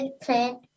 plant